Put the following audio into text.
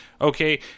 Okay